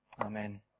amen